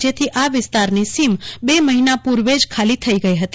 જેથી એ વિસ્તારની સીમ બે મહિના પૂર્વે જ ખાલી થઈ ગઈ હતી